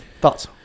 thoughts